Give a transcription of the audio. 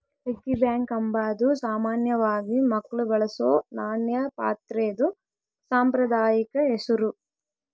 piggy bank ಅಂಬಾದು ಸಾಮಾನ್ಯವಾಗಿ ಮಕ್ಳು ಬಳಸೋ ನಾಣ್ಯ ಪಾತ್ರೆದು ಸಾಂಪ್ರದಾಯಿಕ ಹೆಸುರು